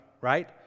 right